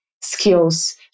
skills